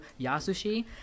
Yasushi